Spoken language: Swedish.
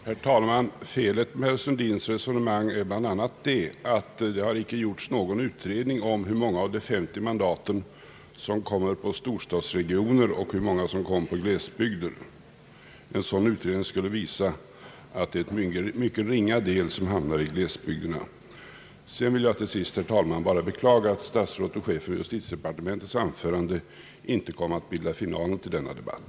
Herr talman! Felet med herr Sundins resonemang är bl.a. att det inte har gjorts någon utredning om hur många av de femtio mandaten som kommer på storstadsregioner och hur många som kommer på glesbygder. En sådan utredning skulle visa att det är en mycket ringa del som hamnar i glesbygderna. Till sist, herr talman, vill jag bara beklaga att anförandet av herr statsrådet och chefen för justitiedepartementet inte kom att utgöra finalen på denna debatt.